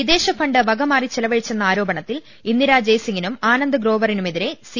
വിദേശ ഫണ്ട് വകമാറി ചെലവഴിച്ചെന്ന ആരോപണത്തിൽ ഇന്ദിരാ ജയ്സിങ്ങിനും ആനന്ദ് ഗ്രോവറിനുമെതിരെ സി